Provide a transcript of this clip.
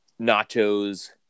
nachos